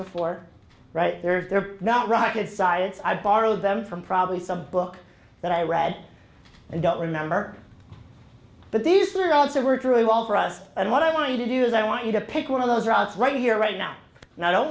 before right there if they're not rocket science i borrowed them from probably some book that i read and don't remember but these are also worked really well for us and what i want you to do is i want you to pick one of those routes right here right now